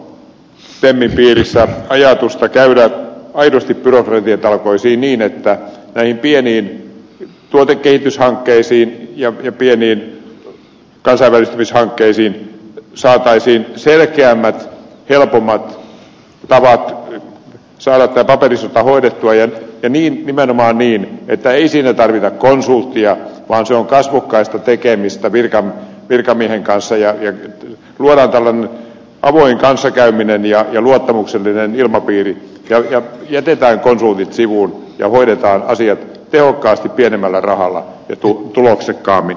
onko temmin piirissä ajatusta käydä aidosti byrokratiatalkoisiin niin että näihin pieniin tuotekehityshankkeisiin ja pieniin kansainvälistymishankkeisiin saataisiin selkeämmät helpommat tavat saada tämä paperisota hoidettua ja nimenomaan niin että siinä ei tarvita konsulttia vaan se on kasvokkaista tekemistä virkamiehen kanssa ja luodaan tällainen avoin kanssakäyminen ja luottamuksellinen ilmapiiri ja jätetään konsultit sivuun ja hoidetaan asiat tehokkaasti pienemmällä rahalla ja tuloksekkaammin